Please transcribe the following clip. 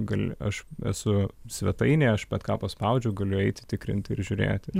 gali aš esu svetainėje aš bet ką paspaudžiu galiu eiti tikrinti ir žiūrėti